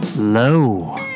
Low